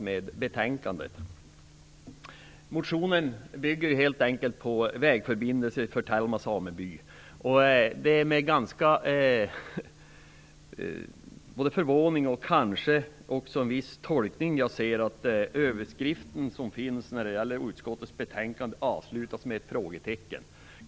Motionen handlar om en vägförbindelse för Telma sameby. Det är med förvåning jag ser att rubriken på det avsnitt i utskottets betänkande där motionen behandlas avslutas med ett frågetecken. Det är svårt att inte göra en tolkning av det.